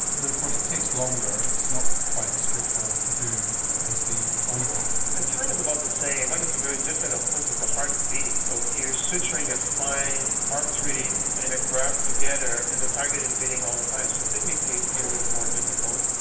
but of course it takes longer, it's not quite as straightforward to do as the on pump. the time is about the same. what is very different of course is the heart is beating. so you are suturing a fine artery and a graft together and the target is beating all the time. so technically it is more difficult.